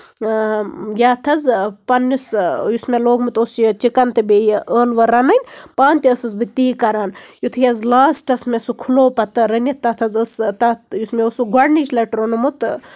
یَتھ حظ پَنٕنِس یُس مےٚ لوگمُت اوس یہِ چِکَن تہٕ بیٚیہِ ٲلوٕ رَنٕنۍ پانہٕ تہِ ٲسٕس بہٕ تی کران یِتھُے حظ لاسٹَس مےٚ سُہ کھُلوو پَتہٕ سُہ رٔنِتھ تَتھ حظ ٲس یُس مےٚ اوس سُہ گۄڈٕنِچہِ لَٹہِ روٚنمُت